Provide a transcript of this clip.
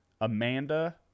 Amanda